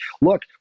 look